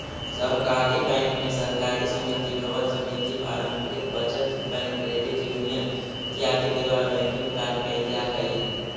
सहकारी बैंक में सहकारी समिति भवन समिति पारंपरिक बचत बैंक क्रेडिट यूनियन इत्यादि के द्वारा बैंकिंग कार्य कैल जा हइ